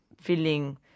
feeling